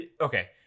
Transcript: okay